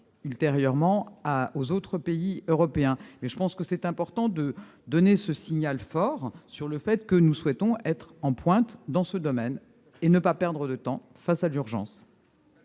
ultérieurement aussi aux autres pays de l'Union. Il est important de donner un signal fort sur le fait que nous souhaitons être en pointe dans ce domaine, et ne pas perdre de temps face à l'urgence.